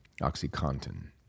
oxycontin